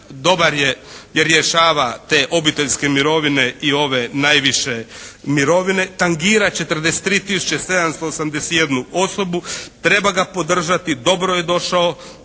Dobar je jer rješava te obiteljske mirovine i ove najviše mirovine. Tangira 43 tisuće 781 osobu. Treba ga podržati. Dobro je došao.